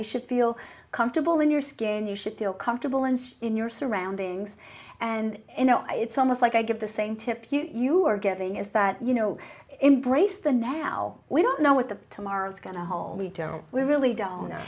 you should feel comfortable in your skin you should feel comfortable and in your surroundings and you know it's almost like i get the same tip you are getting is that you know embrace the now we don't know what the tomorrow is going to hold we really don't know